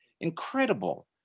Incredible